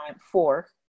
Four